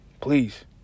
Please